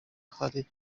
hari